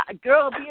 girl